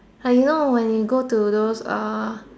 like you know when you go to those uh